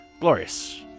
glorious